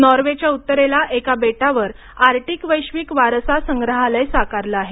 नॉर्वेच्या उत्तरेला एका बेटावर आर्टिक वैश्विक वारसा संग्रहालय साकारले आहे